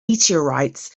meteorites